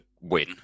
win